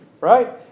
right